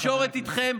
התקשורת איתכם,